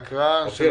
שעה),